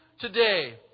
today